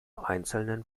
einzelnen